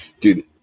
Dude